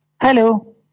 hello